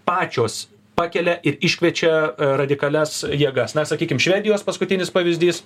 pačios pakelia ir iškviečia radikalias jėgas na sakykim švedijos paskutinis pavyzdys